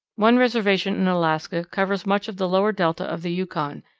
one reservation in alaska covers much of the lower delta of the yukon,